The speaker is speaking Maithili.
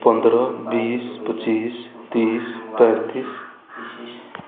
पन्द्रह बीस पच्चीस तीस पैन्तीस